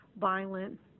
violent